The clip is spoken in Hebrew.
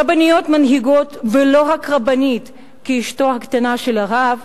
רבניות מנהיגות, ולא רק רבנית כאשתו הקטנה של הרב,